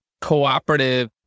cooperative